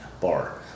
bar